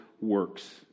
works